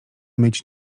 myć